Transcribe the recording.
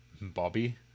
bobby